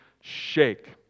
shake